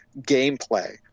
gameplay